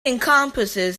encompasses